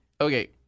Okay